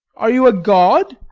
are you a god?